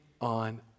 on